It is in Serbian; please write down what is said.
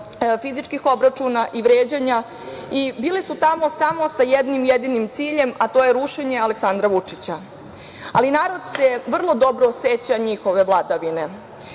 fizičkih obračuna i vređanja i bili su tamo samo sa jednim jedinim ciljem, a to je rušenje Aleksandra Vučića. Narod se vrlo dobro seća njihove vladavine.